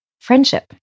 friendship